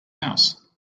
house